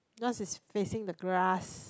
yours is facing the grass